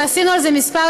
ועשינו על זה כמה ישיבות,